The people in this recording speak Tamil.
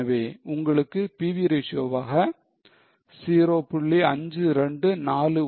எனவே உங்களுக்கு PV ratio வாக 0